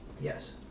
yes